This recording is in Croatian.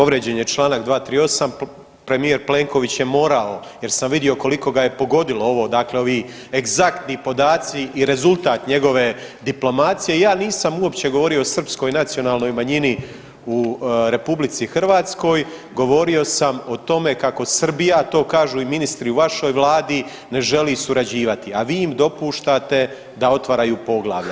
Povrijeđen je čl. 238, premijer Plenković je morao jer sam vidio koliko ga je pogodilo ovo, dakle ovi egzaktni podaci i rezultat njegove diplomacije, ja nisam uopće govorio o srpskoj nacionalnoj manjini u RH, govorio sam o tome kako Srbija, to kažu i ministri u vašoj Vladi, ne želi surađivati, a vi im dopuštate da otvaraju poglavlja.